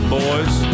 boys